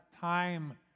time